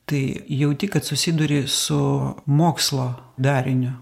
tai jauti kad susiduri su mokslo dariniu